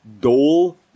Dole